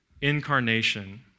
incarnation